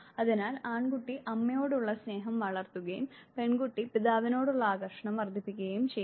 അതിനാൽ ആൺ കുട്ടി അമ്മയോടുള്ള സ്നേഹം വളർത്തുകയും പെൺകുട്ടി പിതാവിനോടുള്ള ആകർഷണം വർദ്ധിപ്പിക്കുകയും ചെയ്യും